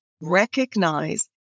recognize